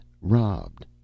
robbed